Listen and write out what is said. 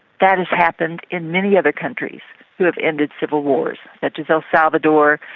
that has happened in many other countries who have ended civil wars such as el salvador,